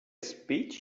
speech